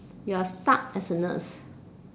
you are stuck as a nurse